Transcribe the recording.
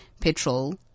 petrol